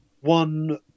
one